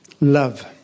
love